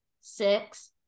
six